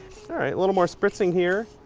all right, a little more spritzing here.